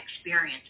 experience